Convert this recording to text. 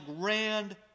grand